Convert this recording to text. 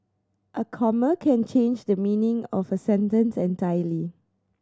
a comma can change the meaning of a sentence entirely